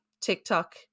TikTok